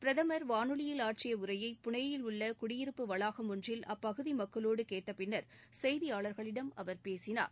பிரதமர் வானொலியில் ஆற்றிய உரையை புனேயில் உள்ள குடியிருப்பு வளாகம் ஒன்றில் அப்பகுதி மக்களோடு கேட்டப் பின்னர் செய்தியாளர்களிடம் அவர் பேசினார்